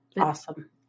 Awesome